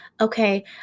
okay